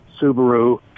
Subaru